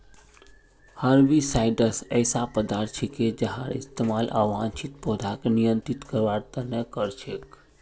herbicides ऐसा पदार्थ छिके जहार इस्तमाल अवांछित पौधाक नियंत्रित करवार त न कर छेक